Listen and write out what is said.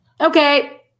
Okay